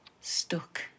stuck